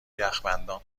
یخبندان